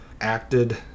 acted